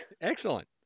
Excellent